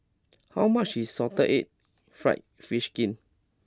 how much is salted egg fried fish skin